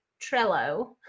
Trello